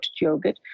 yogurt